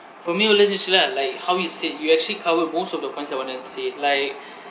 for me all this is lah like how you said you actually covered most of the points I wanted to say like